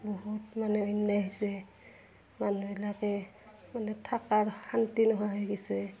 বহুত মানে অন্যায় হৈছে মানুহবিলাকে মানে থকাৰ শান্তি নোহোৱা হৈ গৈছে